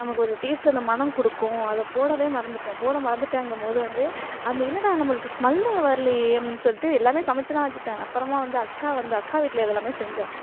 நமக்கு ஒரு டேஸ்டு அந்த மணம் கொடுக்கும் அத போடவே மறந்துட்டேன் போட மறந்துட்டேங்கும் போது வந்து அந்த என்னடா நம்மளுக்கு ஸ்மெல் வரலேயே சொல்லிட்டு எல்லாமே சமைச்சிலாம் வச்சுட்டேன் அப்புறமா வந்து அக்கா வந்து அக்கா வீட்டில் இதெல்லாமே செஞ்சேன்